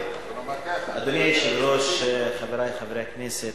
אדוני היושב-ראש, חברי חברי הכנסת,